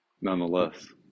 nonetheless